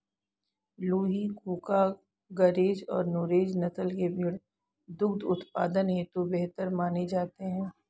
लूही, कूका, गरेज और नुरेज नस्ल के भेंड़ दुग्ध उत्पादन हेतु बेहतर माने जाते हैं